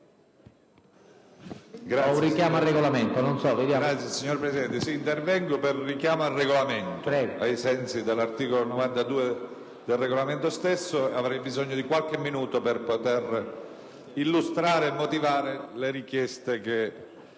*(PD)*. Signor Presidente, intervengo per un richiamo al Regolamento, ai sensi dell'articolo 92 dello stesso. Ho bisogno di qualche minuto per illustrare e motivare le richieste che